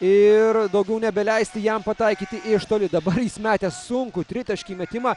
ir daugiau nebeleisti jam pataikyti iš toli dabar jis metė sunkų tritaškį metimą